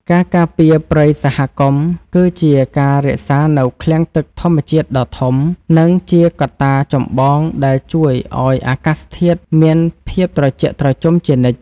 ការការពារព្រៃសហគមន៍គឺជាការរក្សានូវឃ្លាំងទឹកធម្មជាតិដ៏ធំ និងជាកត្តាចម្បងដែលជួយឱ្យអាកាសធាតុមានភាពត្រជាក់ត្រជុំជានិច្ច។